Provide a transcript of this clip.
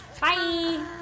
Bye